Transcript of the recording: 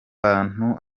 kantu